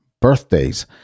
birthdays